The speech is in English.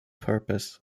purpose